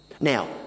Now